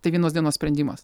tai vienos dienos sprendimas